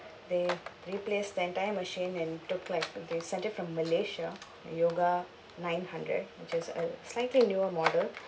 they replace the entire machine and took like they sent it from malaysia a yoga nine hundred just a slightly newer model